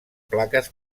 plaques